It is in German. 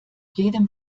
jedem